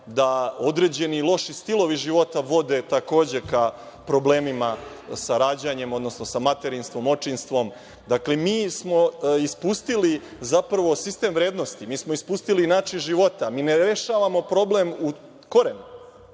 da određeni loši stilovi života vode takođe ka problemima sa rađanjem, odnosno sa materinstvom, očinstvom. Dakle, mi smo ispustili, zapravo, sistem vrednosti, mi smo ispustili način života, mi ne rešavamo problem u korenu.